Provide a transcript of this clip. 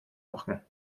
machen